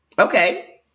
Okay